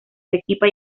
arequipa